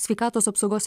sveikatos apsaugos